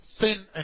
sin